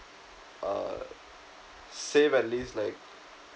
err save at least like